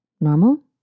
Normal